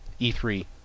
E3